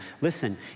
Listen